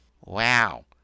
Wow